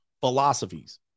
philosophies